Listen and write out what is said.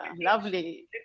Lovely